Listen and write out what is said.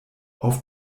auf